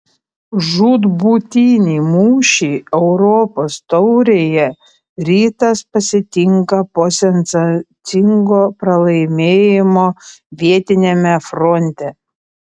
žūtbūtinį mūšį europos taurėje rytas pasitinka po sensacingo pralaimėjimo vietiniame fronte